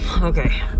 okay